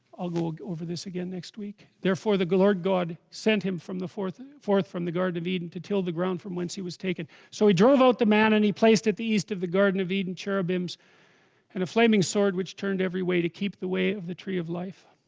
i'll go go over this again next week therefore the guillard god sent him from the forth forth from the garden of eden to till the ground from whence he was taken so he drove out the man and he placed at the east of the garden of eden cherubims and a flaming sword which turned every way to keep the way of the tree of life